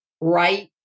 right